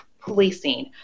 policing